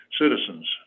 citizens